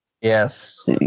Yes